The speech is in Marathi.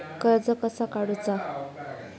कर्ज कसा काडूचा?